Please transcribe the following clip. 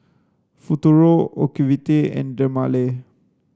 Futuro Ocuvite and Dermale